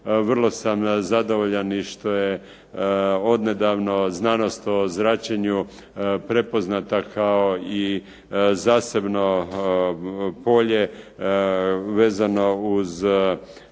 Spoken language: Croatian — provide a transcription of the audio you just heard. Vrlo sam zadovoljan i što je odnedavno znanost o zračenju prepoznata kao i zasebno polje vezano uz